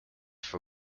for